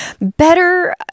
better